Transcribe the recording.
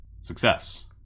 success